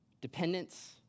dependence